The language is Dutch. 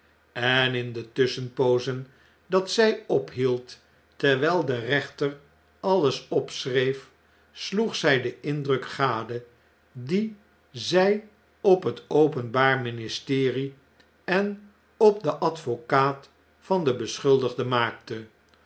en in de tusschenpoozen dat zy ophield terwh'l de rechter alles opschreef sloeg zjj den indruk gade dien zjj op het openbaar ministerie en op den advocaat van den beschuldigde maakte